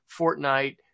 Fortnite